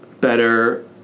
better